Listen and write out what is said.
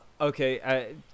okay